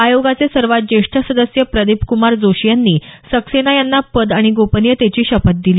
आयोगाचे सर्वात ज्येष्ठ सदस्य प्रदीप्कुमार जोशी यांनी सक्सेना यांना पद आणि गोपनीयतेची शपथ दिली